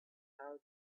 how